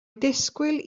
disgwyl